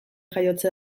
jaiotze